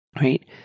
right